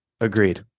Agreed